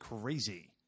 crazy